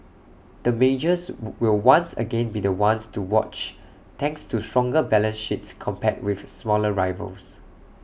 the majors would will once again be the ones to watch thanks to stronger balance sheets compared with smaller rivals